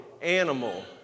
animal